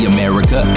America